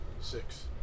Six